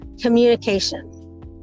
communication